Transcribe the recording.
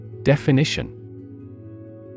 Definition